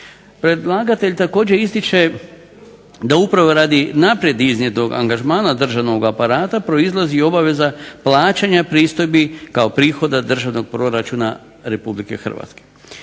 Predlagatelj također ističe da upravo radi unaprijed iznijetog angažmana državnog aparata proizlazi i obaveza plaćanja pristojbi kao prihoda državnog proračuna RH.